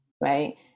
right